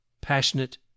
passionate